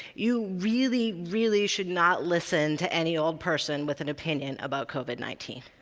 you really, really should not listen to any old person with an opinion about covid nineteen.